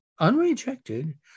unrejected